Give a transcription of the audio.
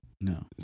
no